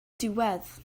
diwedd